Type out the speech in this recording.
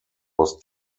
was